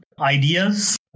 ideas